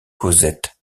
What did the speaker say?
cosette